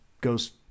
goes